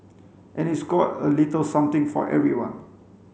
and it's got a little something for everyone